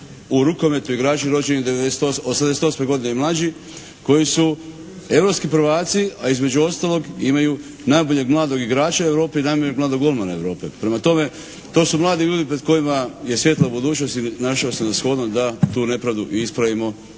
u rukometu igrači rođeni '88. godine i mlađi koji su europski prvaci a između ostalog imaju najboljeg mladog igrača Europe i najboljeg mladog golmana Europe. Prema tome, to su mladi ljudi pred kojima je svijetla budućnost i našao sam za shodno da tu nepravdu i ispravimo